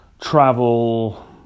travel